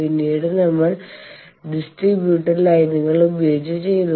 പിന്നീട് നമ്മൾ ഡിസ്ട്രിബ്യൂഡ് ലൈനുകൾ ഉപയോഗിച്ച് ചെയ്തു